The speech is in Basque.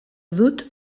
dut